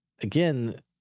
again